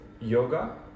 yoga